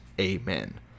amen